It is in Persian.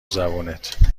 زبونت